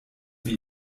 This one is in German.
wie